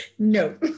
No